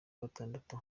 gatandatu